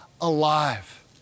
alive